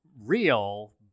real